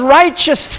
righteous